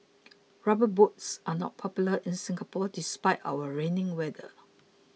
rubber boots are not popular in Singapore despite our rainy weather